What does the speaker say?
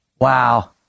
Wow